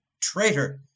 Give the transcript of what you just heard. Traitor